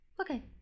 Okay